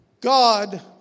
God